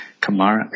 Kamara